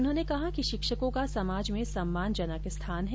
उन्होंने कहा कि शिक्षकों का समाज में सम्मानजनक स्थान है